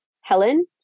Helen